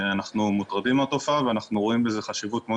אנחנו מוטרדים מהתופעה ואנחנו רואים בזה חשיבות מאוד